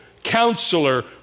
Counselor